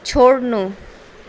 छोड्नु